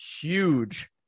huge